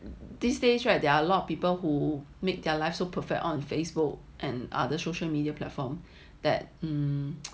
these days right there are a lot of people who make their life so perfect on Facebook and other social media platform that um